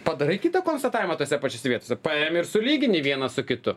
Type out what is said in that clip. padarai kitą konstatavimą tose pačiose vietose paimi ir sulygini vieną su kitu